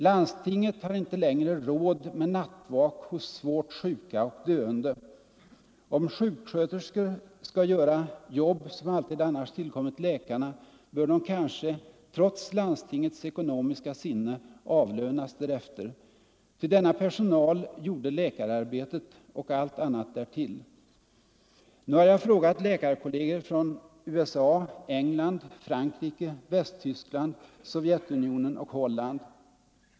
Landstinget har inte längre råd med nattvak hos svårt sjuka och döende. Om sjuksköterskor skall göra jobb som alltid annars tillkommit läkarna bör de kanske, trots landstingets ekonomiska sinne, avlönas därefter! Ty denna personal gjorde läkararbetet och allt annat därtill. Nu har jag frågat läkarkolleger från USA, England, Frankrike, Västtyskland, Sovjetunionen och Holland.